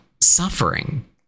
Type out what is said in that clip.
suffering